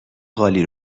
قالی